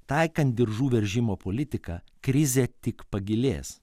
taikant diržų veržimo politiką krizė tik pagilės